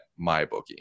MyBookie